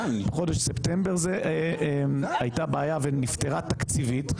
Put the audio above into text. ובחודש ספטמבר הייתה בעיה ונפתרה תקציבית.